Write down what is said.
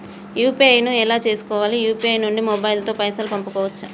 UPI ను ఎలా చేస్కోవాలి యూ.పీ.ఐ నుండి మొబైల్ తో పైసల్ పంపుకోవచ్చా?